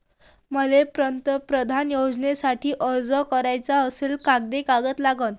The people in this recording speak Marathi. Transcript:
मले पंतप्रधान योजनेसाठी अर्ज कराचा असल्याने कोंते कागद लागन?